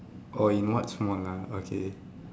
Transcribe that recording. orh in what small ah okay